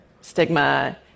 Stigma